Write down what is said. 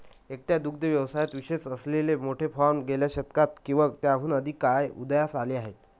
एकट्या दुग्ध व्यवसायात विशेष असलेले मोठे फार्म गेल्या शतकात किंवा त्याहून अधिक काळात उदयास आले आहेत